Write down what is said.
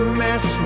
mess